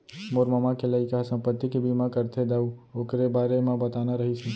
मोर ममा के लइका ह संपत्ति के बीमा करथे दाऊ,, ओकरे बारे म बताना रहिस हे